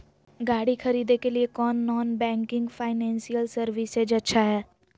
गाड़ी खरीदे के लिए कौन नॉन बैंकिंग फाइनेंशियल सर्विसेज अच्छा है?